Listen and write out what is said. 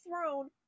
throne